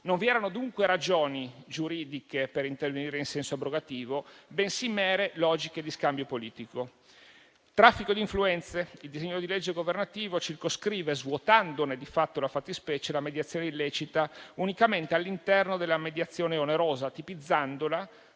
Vi erano dunque non ragioni giuridiche per intervenire in senso abrogativo, bensì mere logiche di scambio politico. Veniamo al traffico di influenze. Il disegno di legge governativo circoscrive, svuotandone di fatto la fattispecie, la mediazione illecita unicamente all'interno della mediazione onerosa, tipizzandola